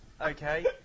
okay